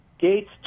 Gates